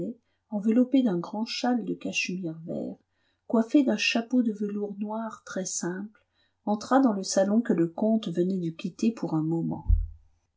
enveloppée d'un grand châle de cachemire vert coiffée d'un chapeau de velours noir très-simple entra dans le salon que le comte venait de quitter pour un moment